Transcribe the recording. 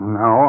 no